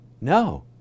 no